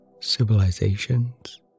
civilizations